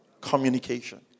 Communication